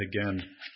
again